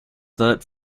third